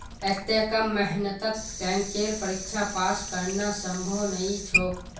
अत्ते कम मेहनतत बैंकेर परीक्षा पास करना संभव नई छोक